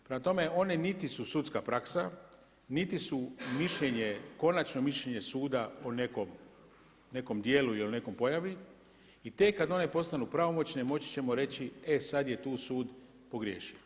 Prema tome, one niti su sudska praksa niti su mišljenje, konačno mišljenje suda o nekom dijelu ili o nekoj pojavi i tek kada one postanu pravomoćne moći ćemo reći e sada je tu sud pogriješio.